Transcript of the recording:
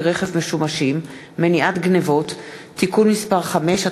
רכב משומשים (מניעת גנבות) (תיקון מס' 5),